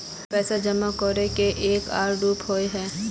पैसा जमा करे के एक आर रूप होय है?